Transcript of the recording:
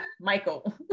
Michael